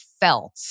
felt